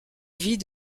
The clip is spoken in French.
vie